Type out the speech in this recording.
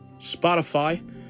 Spotify